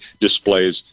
displays